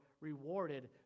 rewarded